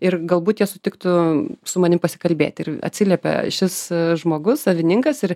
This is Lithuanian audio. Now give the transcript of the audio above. ir galbūt jie sutiktų su manim pasikalbėt ir atsiliepė šis žmogus savininkas ir